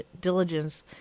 diligence